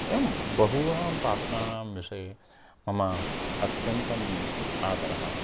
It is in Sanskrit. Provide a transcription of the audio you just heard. एवं बहूनां पात्राणां विषये मम अत्यन्तम् आदरः